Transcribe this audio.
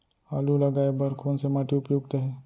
आलू लगाय बर कोन से माटी उपयुक्त हे?